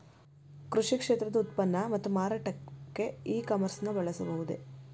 ಕೃಷಿ ಕ್ಷೇತ್ರದ ಉತ್ಪನ್ನ ಮತ್ತು ಮಾರಾಟಕ್ಕೆ ಇ ಕಾಮರ್ಸ್ ನ ಬಳಸಬಹುದೇ?